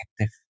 active